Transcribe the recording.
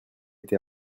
été